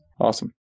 Awesome